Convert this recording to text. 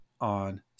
on